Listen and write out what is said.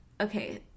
okay